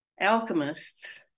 alchemists